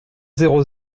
zéro